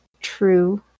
true